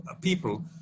people